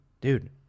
dude